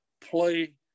play